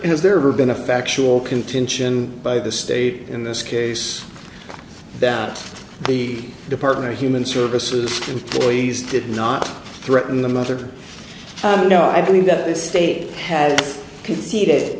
has there been a factual contention by the state in this case that the department of human services always did not threaten the mother no i believe that the state has conce